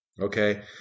okay